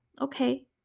Okay